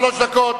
שלוש דקות.